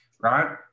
right